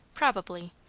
probably.